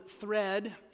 thread